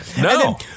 No